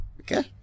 Okay